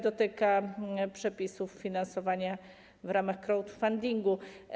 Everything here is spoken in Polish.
Dotyka też przepisów finansowania w ramach crowdfundingu.